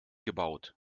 gebaut